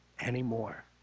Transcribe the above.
anymore